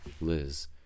Liz